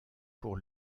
pour